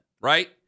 right